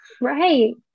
Right